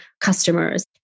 customers